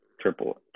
Triple